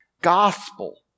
gospel